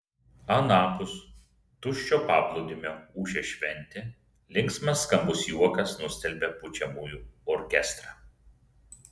anapus tuščio paplūdimio ūžė šventė linksmas skambus juokas nustelbė pučiamųjų orkestrą